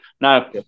Now